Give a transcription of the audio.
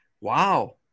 Wow